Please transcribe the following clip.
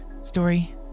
Story